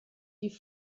die